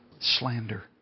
slander